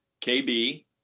KB